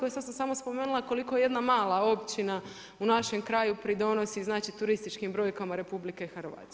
Sada sam samo spomenula koliko jedna mala općina u našem kraju pridonosi turističkim brojkama RH.